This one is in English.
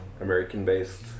American-based